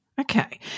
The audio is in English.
Okay